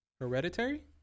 Hereditary